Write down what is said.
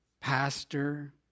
pastor